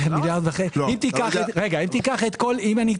אם תיקח ב-22' את